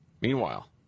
Meanwhile